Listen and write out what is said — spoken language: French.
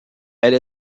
elle